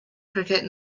cricket